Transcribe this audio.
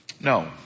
No